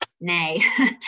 nay